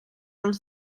els